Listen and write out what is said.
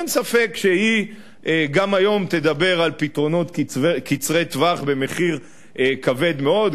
אין ספק שהיא גם היום תדבר על פתרונות קצרי טווח במחיר כבד מאוד,